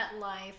Life